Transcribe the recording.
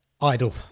Idle